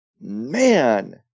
Man